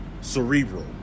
Cerebral